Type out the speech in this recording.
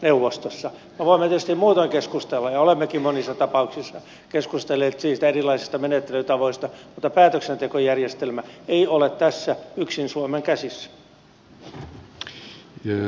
me voimme tietysti muutoin keskustella ja olemmekin monissa tapauksissa keskustelleet niistä erilaisista menettelytavoista mutta päätöksentekojärjestelmä ei ole tässä yksin suomen käsissä